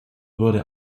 wurde